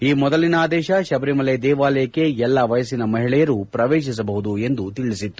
ಈ ಮೊದಲಿನ ಆದೇಶ ಶಬರಿಮಲೆ ದೇವಾಲಯಕ್ಕೆ ಎಲ್ಲ ವಯಸ್ಸಿನ ಮಹಿಳೆಯರೂ ಪ್ರವೇಶಿಸಬಹುದು ಎಂದು ತಿಳಿಸಿತ್ತು